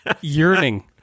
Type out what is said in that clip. yearning